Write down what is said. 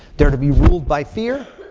they're to be ruled by fear.